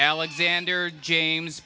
alexander james